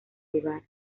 lugar